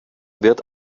wird